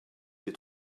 des